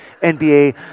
NBA